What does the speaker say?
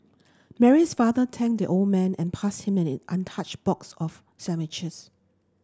Mary's father thanked the old man and passed him an untouched box of sandwiches